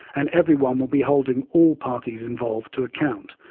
and everyone will be holding all parties involved to account,